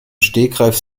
stegreif